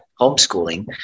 homeschooling